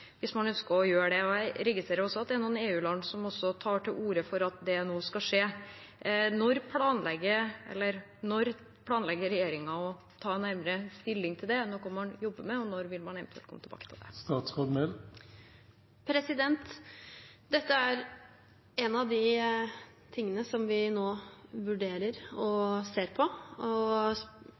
hvis man ønsker å gjøre det. Jeg registrerer at noen EUland tar til orde for at det nå skal skje. Når planlegger regjeringen å ta nærmere stilling til det? Er dette noe man jobber med det, og når vil man eventuelt komme tilbake med dette? Dette er en av de tingene som vi nå vurderer og ser på.